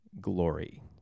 glory